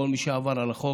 כל מי שעבר על החוק,